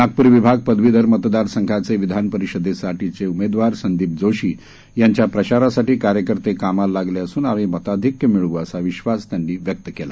नागप्र विभाग पदवीधर मतदार संघाचे विधानपरिषदेसाठीचे उमेदवार संदीप जोशी यांच्या प्रचारासाठी कार्यकर्ते कामाला लागले असून आम्ही मताधिक्य मिळव् असा विश्वास त्यांनी व्यक्त केला